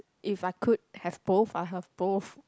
if I could have both I have both